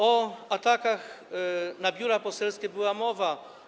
O atakach na biura poselskie była mowa.